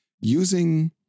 using